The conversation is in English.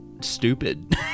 stupid